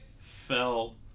fell